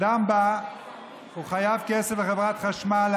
אדם חייב כסף לחברת החשמל,